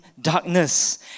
darkness